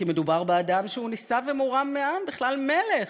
כי מדובר באדם שהוא נישא ומורם מעם, בכלל מלך.